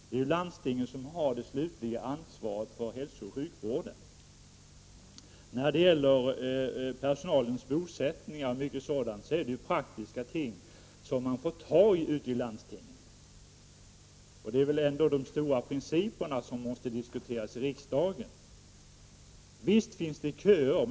Det är ju landstingen som har det slutliga ansvaret för hälsooch sjukvården. Personalens bosättning, m.m. är ju praktiska frågor som landstingen får ta itu med. Det är väl ändå de stora principerna som skall diskuteras i riksdagen? Visst finns det köer.